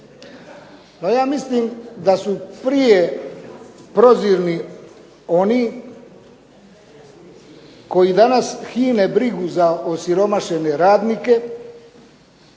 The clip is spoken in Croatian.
ja mislim da su prije prozirni oni koji danas hine brigu za osiromašene radnike,